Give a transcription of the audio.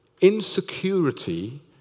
Insecurity